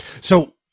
So-